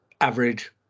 average